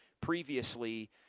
previously